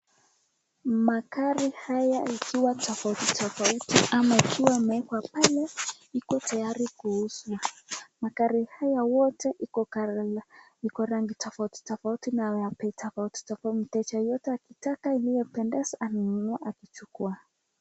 Magari haya ikiwa tofauti tofauti ama ikiwa imewekwa pale iko tayari kuuzwa magari haya yote iko rangi tofauti tofauti na bei tofauti tofauti mteja akitaka iliyompendeza anainunua akichukua.